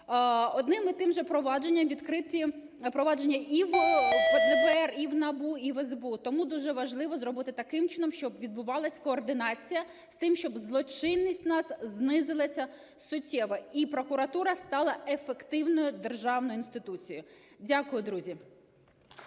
одним і тим же провадженням відкриті провадження і в ДБР, і в НАБУ, і в СБУ. Тому дуже важливо зробити таким чином, щоб відбувалась координація, з тим щоб злочинність у нас знизилась суттєво і прокуратура стала ефективною державною інституцією. Дякую, друзі.